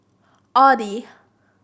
audi